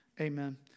Amen